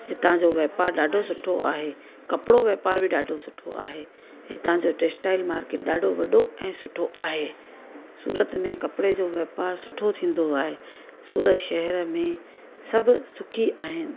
हितां जो वापारु बि ॾाढो सुठो आहे कपिड़ो वापारु बि ॾाढो सुठो आहे हितां जो टेक्स्टाइल मार्केट ॾाढो वॾो ऐं सुठो आहे सूरत में कपिड़े जो वापारु सुठो थींदो आहे सूरत शहर में सभु सुखी आहिनि